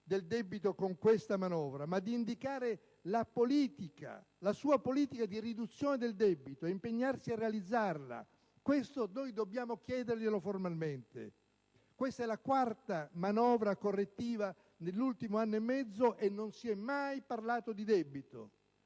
del debito con questa manovra, ma di indicare la sua politica di riduzione del debito e di impegnarsi a realizzarla: questo noi dobbiamo chiederglielo formalmente. Si tratta della quarta manovra correttiva nell'ultimo anno e mezzo e non si è mai parlato di debito.